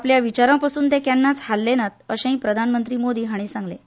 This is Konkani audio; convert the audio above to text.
आपल्या विचारां पसून ते केन्नाच हाल्ले नात अशें प्रधानमंत्री मोदी हांणी सांगलें